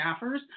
staffers